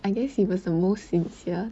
I guess he was the most sincere